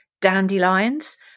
dandelions